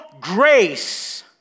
grace